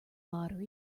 lottery